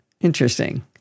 Interesting